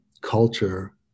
culture